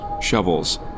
shovels